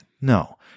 No